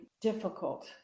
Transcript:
difficult